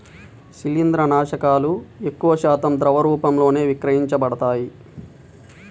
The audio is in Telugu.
శిలీంద్రనాశకాలు ఎక్కువశాతం ద్రవ రూపంలోనే విక్రయించబడతాయి